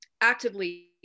actively